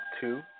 two